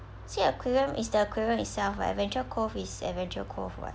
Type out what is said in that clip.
sea aquarium is the aquarium itself [what] adventure cove is adventure cove [what]